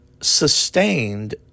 sustained